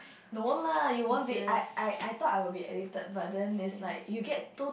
no lah you won't be I I I thought I would be addicted but then is like you get too